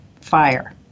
fire